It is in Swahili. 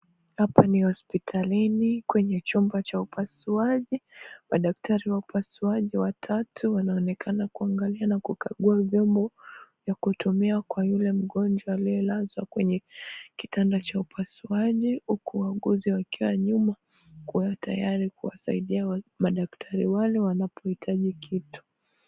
Hapa ni hospitalini kwenye chumba cha upasuaji madaktari wa upasuaji watatu wanaonekana kuangalia na kukagua vyombo vya kutumia kwa yule mgonja aliyelazwa kwenye kitanda cha upasuaji, huku wauguzi wakiwa nyuma kuwa tayari kuwasaidia madaktari wale wanapohitaji kitu.